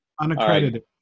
Unaccredited